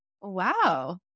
Wow